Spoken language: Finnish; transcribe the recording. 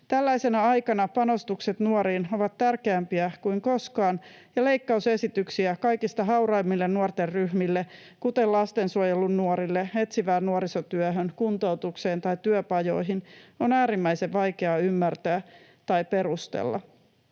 Tällaisena aikana panostukset nuoriin ovat tärkeämpiä kuin koskaan, ja leikkausesityksiä kaikista hauraimmille nuorten ryhmille, kuten lastensuojelun nuorille, etsivään nuorisotyöhön, kuntoutukseen tai työpajoihin, on äärimmäisen vaikea ymmärtää tai perustella,